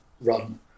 run